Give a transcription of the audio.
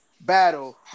battle